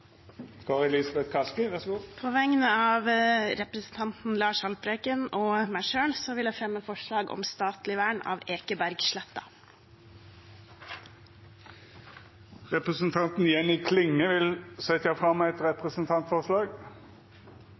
På vegne av representanten Lars Haltbrekken og meg selv vil jeg fremme forslag om statlig vern av Ekebergsletta. Representanten Jenny Klinge vil setja fram eit representantforslag.